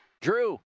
Drew